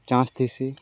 chance ଥିସି